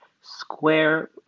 Square